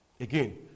Again